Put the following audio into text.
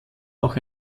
auch